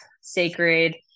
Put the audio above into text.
sacred